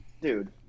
Dude